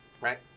right